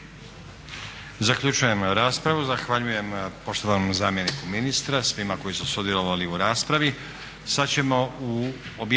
Zaključujem raspravu. Zahvaljujem poštovanom zamjeniku ministra, svima koji su sudjelovali u raspravi.